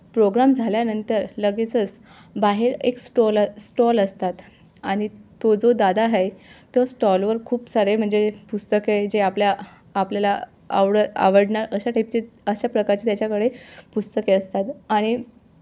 programme झाल्यानंतर लगेचच बाहेर एक स्टॉल स्टॉल असतात आणि तो जो दादा आहे तो स्टॉलवर खूप सारे म्हणजे पुस्तके जे आपल्या आपल्याला आवड आवडणार अशा टाईपचे अशा प्रकारचे त्याच्याकडे पुस्तके असतात आणि